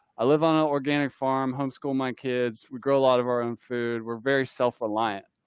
i live on an organic farm, homeschool my kids. we grow a lot of our own food. we're very self-reliant.